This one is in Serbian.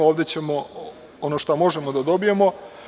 Ovde ćemo ono šta možemo da dobijemo.